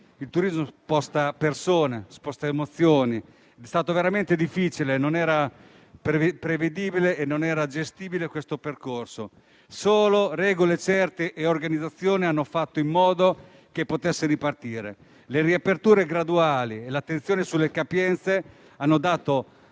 Il turismo sposta persone, sposta emozioni. È stato veramente difficile. Non era prevedibile e gestibile un tale percorso. Solo regole certe e organizzazione hanno fatto in modo che questo settore potesse ripartire. Le riaperture graduali e l'attenzione sulle capienze hanno